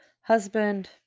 husband